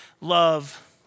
love